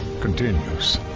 continues